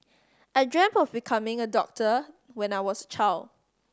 I dreamt of becoming a doctor when I was child